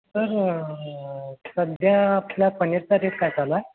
sir सध्या आपल्या पनीरचा रेट काय चालला आहे